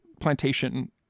plantation